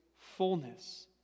fullness